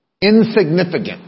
Insignificant